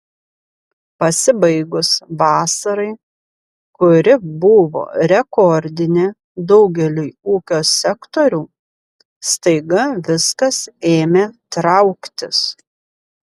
pasibaigus vasarai kuri buvo rekordinė daugeliui ūkio sektorių staiga viskas ėmė trauktis